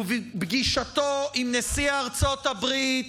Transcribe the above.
ופגישתו עם נשיא ארצות הברית